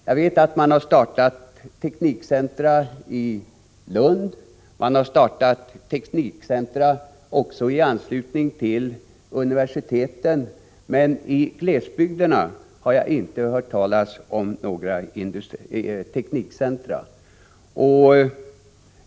Jag vet att man har startat teknikcentra i Lund och i anslutning till universiteten, men i glesbygderna har jaginte hört talas om några teknikcentra.